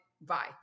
Bye